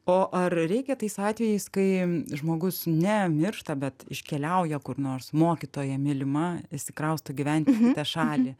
o ar reikia tais atvejais kai žmogus ne miršta bet iškeliauja kur nors mokytoja mylima išsikrausto gyvent į kitą šalį